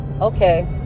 okay